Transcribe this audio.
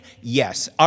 Yes